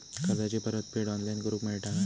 कर्जाची परत फेड ऑनलाइन करूक मेलता काय?